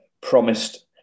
promised